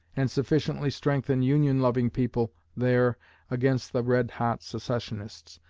and sufficiently strengthen union-loving people there against the red-hot secessionists,